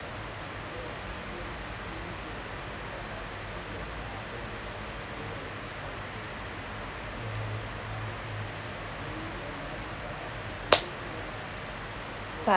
part